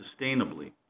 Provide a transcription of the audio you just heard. sustainably